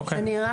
אביגיל,